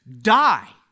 die